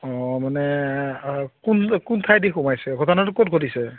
অ মানে আ কোন কোন ঠায়েদি সোমাইছে ঘটনাটো ক'ত ঘটিছে